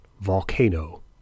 Volcano